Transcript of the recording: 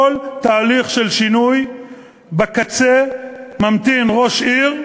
בכל תהליך של שינוי בקצה ממתין ראש עיר ויזם-קבלן.